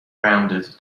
rounded